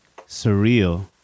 surreal